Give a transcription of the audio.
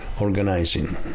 organizing